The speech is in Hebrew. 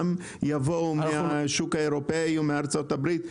שיבואו גם מהשוק האירופי ומארצות הברית,